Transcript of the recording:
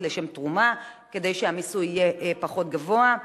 לשם תרומה כדי שהמיסוי יהיה פחות גבוה.